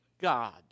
God